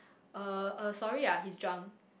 uh uh sorry ah he's drunk